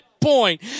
point